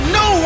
no